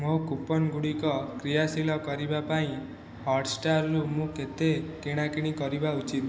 ମୋ' କୁପନ୍ଗୁଡ଼ିକ କ୍ରିୟାଶୀଳ କରିବା ପାଇଁ ହଟ୍ଷ୍ଟାର୍ରୁ ମୁଁ କେତେ କିଣାକିଣି କରିବା ଉଚିତ୍